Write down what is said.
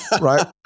right